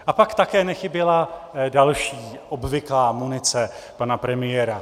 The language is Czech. A pak také nechyběla další obvyklá munice pana premiéra.